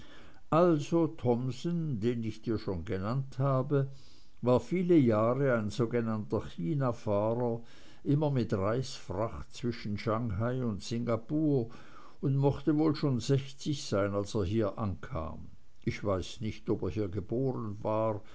also thomsen den ich dir schon genannt habe war viele jahre lang ein sogenannter chinafahrer immer mit reisfracht zwischen schanghai und singapur und mochte wohl schon sechzig sein als er hier ankam ich weiß nicht ob er hier geboren war